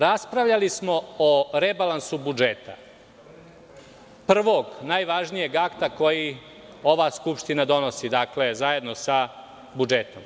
Raspravljali smo o rebalansu budžeta, prvog, najvažnijeg akta koji ova Skupština donosi zajedno sa budžetom.